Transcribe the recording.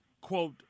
quote